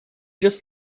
just